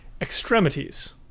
Extremities